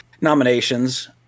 nominations